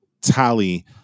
tally